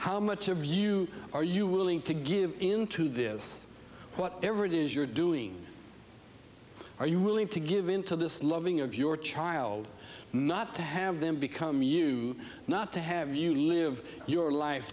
how much of you are you willing to give into this whatever it is you're doing are you willing to give into this loving of your child not to have them become you not to have you live your life